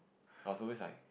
I was always like